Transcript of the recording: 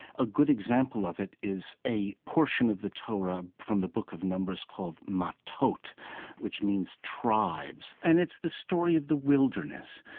a good example of it is a portion of the torah from the book of numbers called matot, which means tribes. and it's the story of the wilderness,